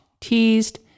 teased